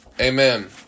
Amen